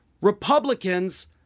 Republicans